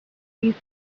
teeth